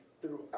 throughout